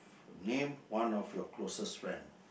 name one of your closest friend